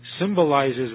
symbolizes